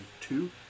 two